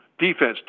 Defense